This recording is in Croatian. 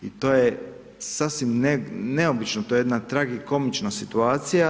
I to je sasvim neobično, to je jedna tragikomična situacija.